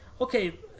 Okay